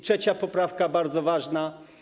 Trzecia poprawka, bardzo ważna.